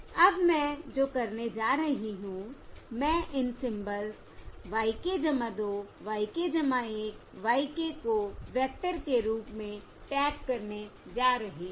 अब मैं जो करने जा रही हूं मैं इन symbols y k 2 y k 1 y k को वेक्टर के रूप में टैग करने जा रही हूं